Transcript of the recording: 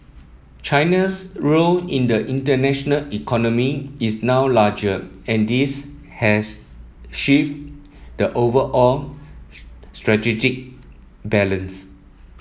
China's role in the international economy is now larger and this has shifted the overall strategic balance